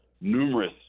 numerous